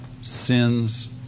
sins